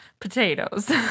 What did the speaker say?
Potatoes